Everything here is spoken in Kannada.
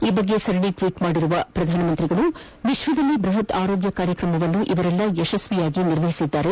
ಈ ಬಗ್ಗೆ ಸರಣಿ ಟ್ವೀಟ್ ಮಾಡಿರುವ ಪ್ರಧಾನಿಯವರು ವಿಶ್ವದಲ್ಲೇ ಬೃಹತ್ ಆರೋಗ್ಯ ಕಾರ್ಯಕ್ರಮವನ್ನು ಇವರೆಲ್ಲ ಯಶಸ್ವಿಯಾಗಿ ನಿರ್ವಹಿಸಿದ್ದಾರೆ